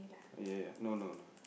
ya ya no no no